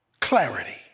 clarity